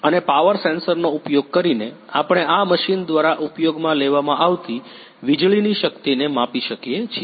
અને પાવર સેન્સરનો ઉપયોગ કરીને આપણે આ મશીન દ્વારા ઉપયોગમાં લેવામાં આવતી વીજળીની શક્તિને માપી શકીએ છીએ